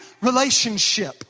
relationship